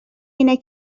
اینه